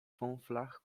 fąflach